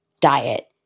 diet